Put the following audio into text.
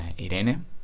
Irene